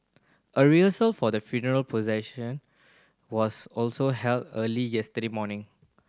a rehearsal for the funeral procession was also held early yesterday morning